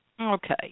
Okay